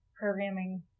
programming